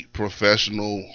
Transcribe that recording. professional